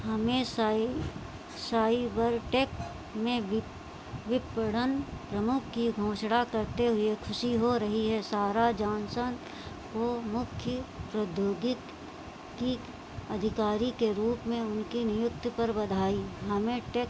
हमें साइ साइबरटेक में विप विपणन प्रमुख की घोषणा करते हुए खुशी हो रही है सहारा जॉनसन को मुख्य प्रौद्योगयकीय अधिकारी के रूप में उनकी नियुक्ति पर बधाई हमें टेक